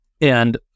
And-